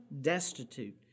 destitute